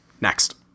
Next